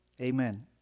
Amen